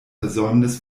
versäumnis